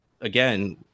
again